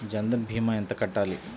జన్ధన్ భీమా ఎంత కట్టాలి?